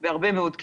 בהרבה מאוד כיתות.